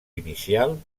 inicial